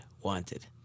wanted